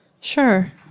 Sure